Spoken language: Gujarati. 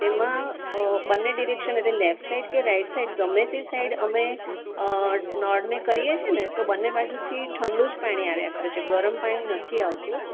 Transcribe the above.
તેમાં બન્ને ડિરેકશન એટલે લેફ્ટ સાઈડ કે રાઈટ સાઈડ ગમે તે સાઈડ અમે નળને કરીએ છીએ ને તો બન્ને બાજુથી ઠંડુ જ પાણી આવ્યા કરે છે ગરમ પાણી નથી આવતું